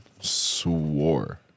swore